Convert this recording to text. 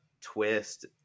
twist